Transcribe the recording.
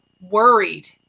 worried